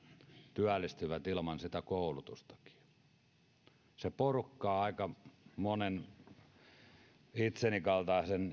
työllistyvät ilman koulutustakin se porukka on sitä josta aika moni itseni kaltainen